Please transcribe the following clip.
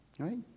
right